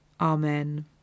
Amen